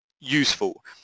useful